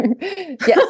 Yes